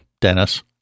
Dennis